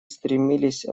стремились